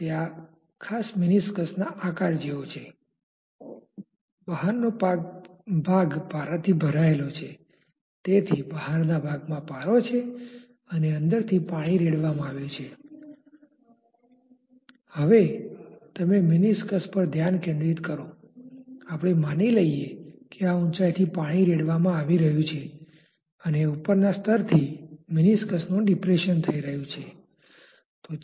તેથી જો તમે કોઈ પ્રવાહરેખા પસંદ કરો છો જે બિંદુ C માંથી પસાર થઈ રહી છે તો તે એક પ્રવાહરેખા છે તો પછી આપણે જાણીએ છીએ કે તેની તરફ આરપાર કોઈ પ્રવાહ નથી